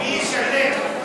מי ישלם?